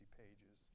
pages